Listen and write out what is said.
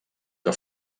que